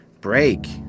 break